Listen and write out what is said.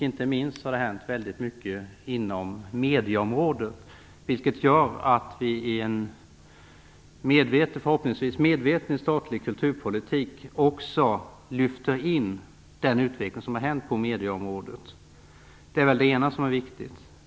Inte minst har det hänt väldigt mycket inom medieområdet, vilket gör att vi i en förhoppningsvis medveten statlig kulturpolitik också lyfter in den utveckling som har skett på medieområdet. Det är det ena som är viktigt.